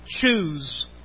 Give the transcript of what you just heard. choose